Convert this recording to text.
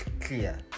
clear